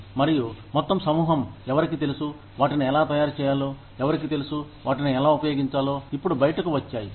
మరియు మొత్తం సమూహం ఎవరికి తెలుసు వాటిని ఎలా తయారుచేయాలో ఎవరికి తెలుసు వాటిని ఎలా ఉపయోగించాలో ఇప్పుడు బయటకు వచ్చాయి